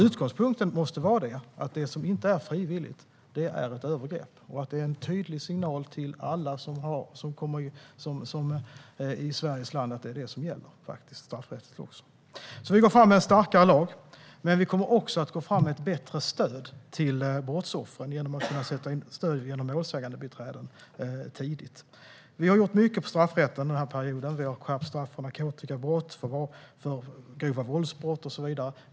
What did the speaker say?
Utgångspunkten måste vara att det som inte är frivilligt är ett övergrepp. Det är en tydlig signal till alla i Sveriges land att det är det som gäller också straffrättsligt. Vi går alltså fram med en starkare lag. Men vi kommer också att gå fram med ett bättre stöd till brottsoffren, genom att man tidigt ska kunna sätta in målsägandebiträden. Vi har gjort mycket på straffrättens område under den här perioden. Vi har skärpt straff för narkotikabrott, för grova våldsbrott och så vidare.